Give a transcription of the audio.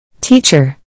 Teacher